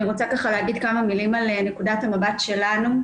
רוצה ככה להגיד כמה מילים על נקודת המבט שלנו,